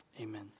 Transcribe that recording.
amen